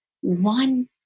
one